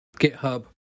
GitHub